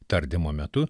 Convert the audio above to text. tardymo metu